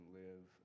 live